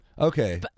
Okay